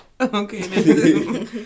okay